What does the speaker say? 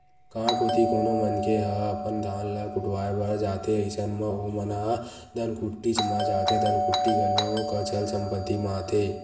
गाँव कोती कोनो मनखे ह अपन धान ल कुटावय बर जाथे अइसन म ओमन ह धनकुट्टीच म जाथे धनकुट्टी घलोक अचल संपत्ति म आथे